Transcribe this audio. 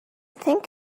think